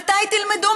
מתי תלמדו?